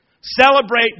Celebrate